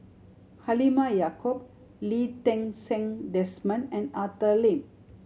Halimah Yacob Lee Ti Seng Desmond and Arthur Lim